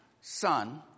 son